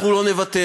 אנחנו לא נוותר.